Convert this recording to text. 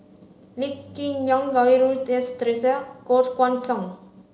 Lee Kip Lin Goh Rui Si Theresa and Koh Guan Song